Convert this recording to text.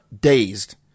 dazed